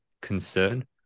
concern